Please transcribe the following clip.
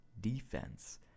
defense